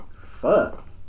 Fuck